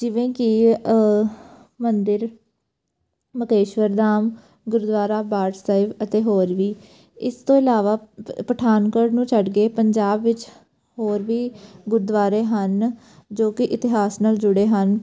ਜਿਵੇਂ ਕਿ ਮੰਦਰ ਮਤੇਸ਼ਵਰ ਧਾਮ ਗੁਰਦੁਆਰਾ ਬਾਟ ਸਾਹਿਬ ਅਤੇ ਹੋਰ ਵੀ ਇਸ ਤੋਂ ਇਲਾਵਾ ਪਠਾਨਕੋਟ ਨੂੰ ਛੱਡ ਕੇ ਪੰਜਾਬ ਵਿੱਚ ਹੋਰ ਵੀ ਗੁਰਦੁਆਰੇ ਹਨ ਜੋ ਕਿ ਇਤਿਹਾਸ ਨਾਲ ਜੁੜੇ ਹਨ